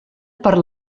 per